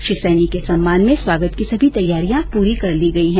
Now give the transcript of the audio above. श्री सैनी के सम्मान में स्वागत की सभी तैयारियां पूरी करती गई है